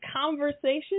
conversation